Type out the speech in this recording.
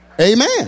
Amen